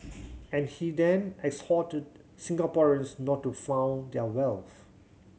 and he then exhorted Singaporeans not to flaunt their wealth